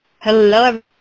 Hello